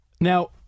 Now